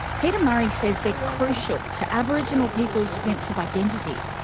peter murray says they're crucial to aboriginal people's sense of identity.